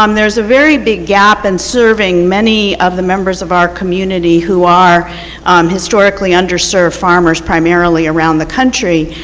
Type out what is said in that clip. um there is a very big gap in and serving many of the members of our community who are um historically underserved farmers primarily around the country.